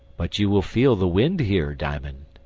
but you will feel the wind here, diamond.